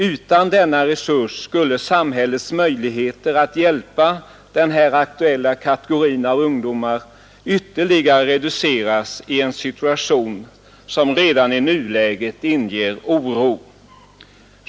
”Utan denna resurs skulle samhällets möjligheter att hjälpa den här aktuella kategorin av ungdomar ytterligare reduceras i en situation som redan i nuläget inger oro”, säger skolöverstyrelsen.